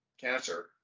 cancer